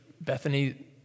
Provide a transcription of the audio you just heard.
Bethany